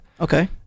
Okay